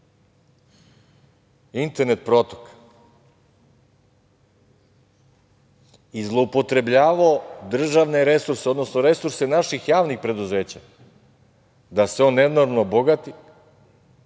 internet protok i zloupotrebljavao državne resurse, odnosno resurse naših javnih preduzeća da se on nenormalno bogati,